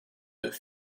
deux